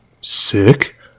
Sick